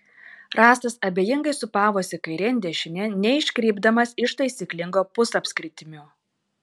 rąstas abejingai sūpavosi kairėn dešinėn neiškrypdamas iš taisyklingo pusapskritimio